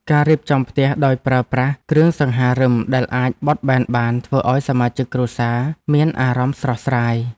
ការរៀបចំផ្ទះដោយប្រើប្រាស់គ្រឿងសង្ហារិមដែលអាចបត់បែនបានធ្វើឱ្យសមាជិកគ្រួសារមានអារម្មណ៍ស្រស់ស្រាយ។